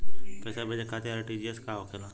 पैसा भेजे खातिर आर.टी.जी.एस का होखेला?